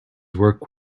work